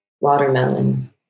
watermelon